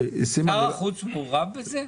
שר החוץ מעורב בזה?